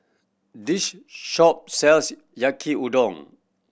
this shop sells Yaki Udon